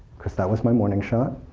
because that was my morning shot,